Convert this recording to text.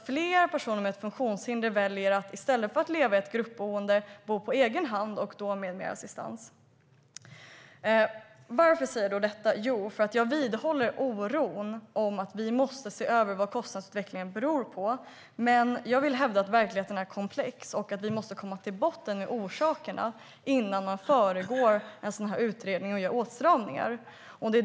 Fler personer med funktionshinder väljer att i stället för att leva i ett gruppboende bo på egen hand, och då med mer assistans. Varför säger jag då detta? Jo, därför att jag vidhåller oron över kostnadsutvecklingen. Vi måste se över vad den beror på. Jag vill hävda att verkligheten är komplex och att man måste gå till botten med orsakerna innan man föregår utredningen och gör åtstramningar.